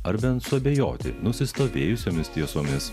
ar bent suabejoti nusistovėjusiomis tiesomis